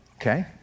Okay